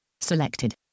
Selected